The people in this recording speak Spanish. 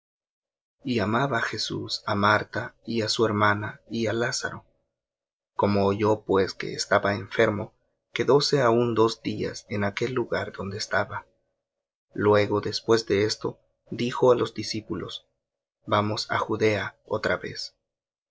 y amaba jesús á marta y á su hermana y á lázaro como oyó pues que estaba enfermo quedóse aún dos días en aquel lugar donde estaba luego después de esto dijo á los discípulos vamos á judea otra vez